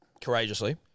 Courageously